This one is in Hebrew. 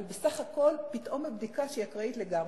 אבל בסך הכול פתאום בבדיקה אקראית לגמרי,